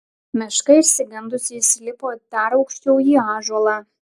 meška išsigandusi įsilipo dar aukščiau į ąžuolą